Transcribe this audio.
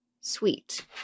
sweet